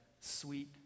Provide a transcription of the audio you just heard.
sweet